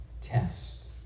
test